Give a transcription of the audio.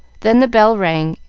then the bell rang,